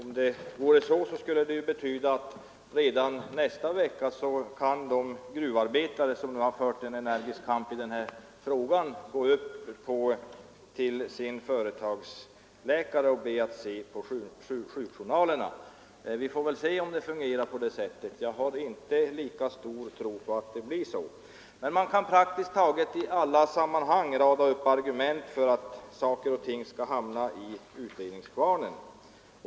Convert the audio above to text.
Herr talman! Enligt detta resonemang skulle de gruvarbetare som har fört en energisk kamp i denna fråga redan nästa vecka kunna gå upp till sin företagsläkare och be att få se sina sjukjournaler. Vi får väl se om det fungerar på det sättet. Man kan i praktiskt taget alla sammanhang rada upp argument för att olika frågor skall hamna i utredningskvarnen.